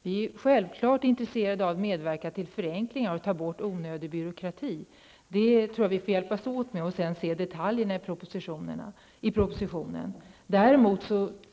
Fru talman! Vi är självfallet intresserade av att medverka till förenkling och till borttagande av onödig byråkrati. Vi får hjälpas åt med detta och studera detaljerna i propositionen. Däremot